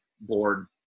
board